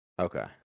Okay